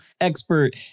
expert